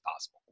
possible